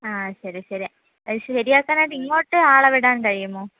ആ ശരി ശരി അത് ശരിയാക്കാനായിട്ട് ഇങ്ങോട്ട് ആളെ വിടാൻ കഴിയുമോ